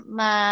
ma